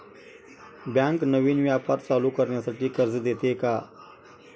Bank नवीन व्यापार चालू करण्यासाठी कर्ज देते का?